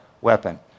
weapon